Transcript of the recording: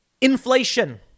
inflation